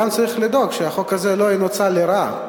גם צריך לדאוג שהחוק הזה לא ינוצל לרעה.